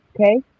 okay